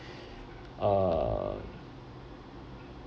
uh